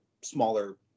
smaller